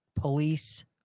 police